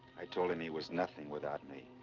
i told him he was nothing without me.